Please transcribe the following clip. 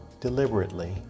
deliberately